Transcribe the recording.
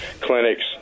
clinics